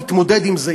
להתמודד עם זה,